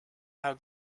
how